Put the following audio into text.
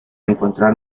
encontrar